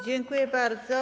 Dziękuję bardzo.